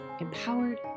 empowered